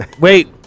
Wait